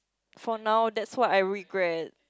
for now that's what I regret